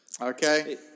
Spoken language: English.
Okay